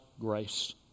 grace